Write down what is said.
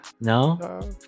No